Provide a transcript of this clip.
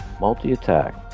Multi-attack